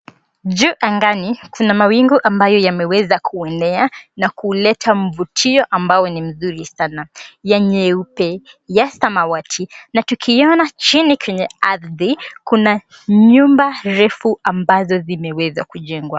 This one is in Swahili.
Juu angani kuna mawingu ambayo yameweza kuenea na kuleta mvutio ambao nimzuri sana yenye rangi nyeupe na samawati na tunaona chini kwenye ardhi kuna nyumba ndefu ambazo zimeweza kujengwa.